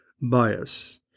bias